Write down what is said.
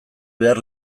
behar